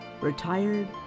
Retired